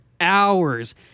hours